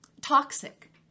toxic